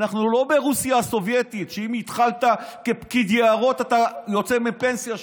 אנחנו לא ברוסיה הסובייטית שאם התחלת כפקיד יערות אתה יוצא לפנסיה שם.